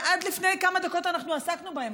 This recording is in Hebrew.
שעד לפני כמה דקות עסקנו בהם,